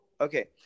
Okay